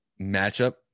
matchup